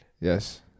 Yes